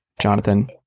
jonathan